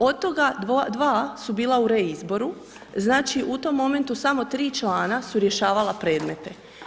Od toga 2 su bila u reizboru, znači u tom momentu samo 3 člana su rješavala predmete.